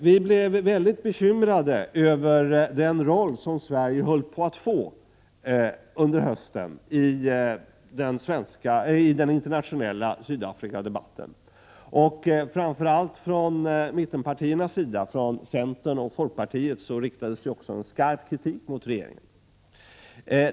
Vi blev mycket bekymrade över den roll som Sverige under hösten höll på att få i den internationella Sydafrikadebatten, och framför allt från mittenpartiernas sida, centern och folkpartiet, riktades det skarp kritik mot regeringen.